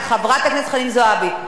חברת הכנסת חנין זועבי.